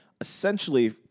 essentially